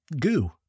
goo